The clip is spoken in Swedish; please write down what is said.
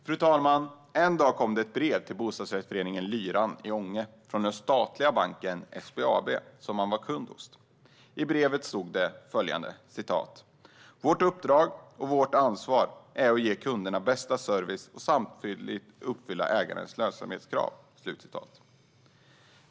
Fru talman! En dag kom det ett brev till bostadsrättsföreningen Lyran i Ånge från den statliga banken SBAB som föreningen var kund hos. I brevet stod det följande: Vårt uppdrag och vårt ansvar är att ge kunderna bästa service och samtidigt uppfylla ägarens lönsamhetskrav.